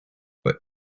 but